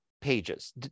pages